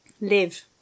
live